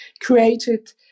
created